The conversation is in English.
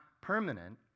permanent